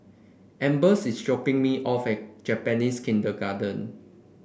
Ambers is dropping me off at Japanese Kindergarten